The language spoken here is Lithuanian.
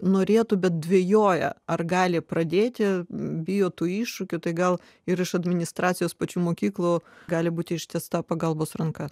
norėtų bet dvejoja ar gali pradėti bijo tų iššūkių tai gal ir iš administracijos pačių mokyklų gali būti ištiesta pagalbos ranka